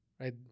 Right